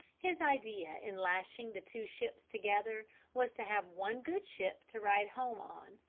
his idea in lashing the two ships together was to have one good ship to ride home on.